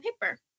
paper